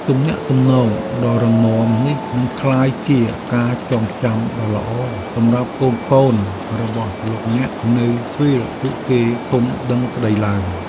ទំនាក់ទំនងដ៏រឹងមាំនេះនឹងក្លាយជាការចងចាំដ៏ល្អសម្រាប់កូនៗរបស់លោកអ្នកនៅពេលពួកគេធំដឹងក្តីឡើង។